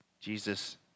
Jesus